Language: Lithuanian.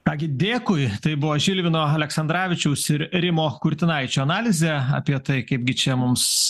ką gi dėkui tai buvo žilvino aleksandravičiaus ir rimo kurtinaičio analizė apie tai kaipgi čia mums